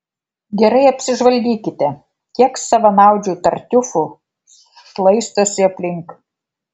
gerai apsižvalgykite kiek savanaudžių tartiufų šlaistosi aplink